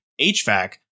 HVAC